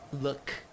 look